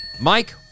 Mike